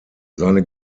seine